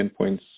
endpoints